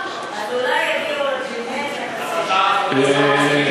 אז אתה לא מפסיק את ההסתה שלו.